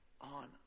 on